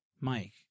Mike